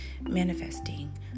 manifesting